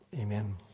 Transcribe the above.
amen